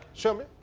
show me.